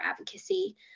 advocacy